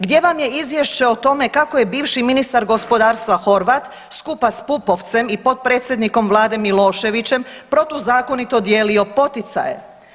Gdje vam je izvješće o tome kako je bivši ministar gospodarstva Horvat skupa s Pupovcem i potpredsjednik Vlade Miloševićem, protuzakonito dijeli poticaje?